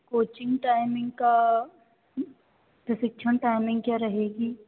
coaching timing का प्रतिक्षण timing क्या रहेगी